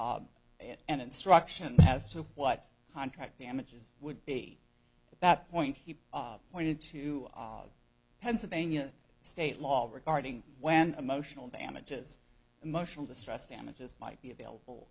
it an instruction as to what contract damages would be that point he pointed to the pennsylvania state law regarding when emotional damages emotional distress damages might be available